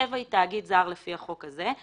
טבע היא תאגיד זר לפי החוק הזה,